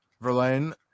Verlaine